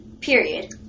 Period